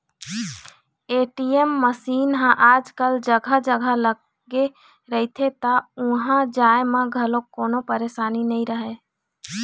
ATM machine ह आजकल जघा जघा लगे रहिथे त उहाँ जाए म घलोक कोनो परसानी नइ रहय